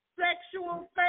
Sexual